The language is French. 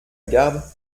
garde